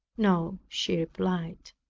no, she replied,